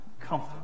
comfort